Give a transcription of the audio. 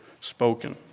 spoken